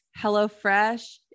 HelloFresh